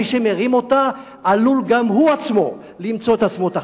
מי שמרים אותה עלול גם הוא עצמו למצוא את עצמו תחתיה.